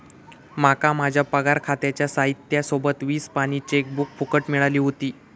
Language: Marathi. माका माझ्या पगार खात्याच्या साहित्या सोबत वीस पानी चेकबुक फुकट मिळाली व्हती